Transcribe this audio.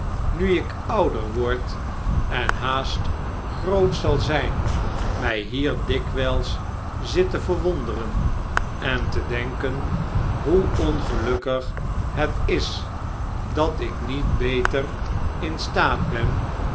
nu ik ouder wordt en haast groot zal zijn mij hier dikwijls zit te verwonderen en te denken hoe ongelukkig het is dat ik niet beter in staat ben